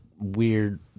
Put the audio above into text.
weird